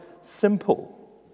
simple